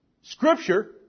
Scripture